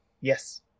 Yes